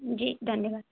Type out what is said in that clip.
जी धन्यवाद